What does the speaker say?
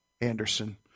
Anderson